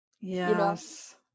Yes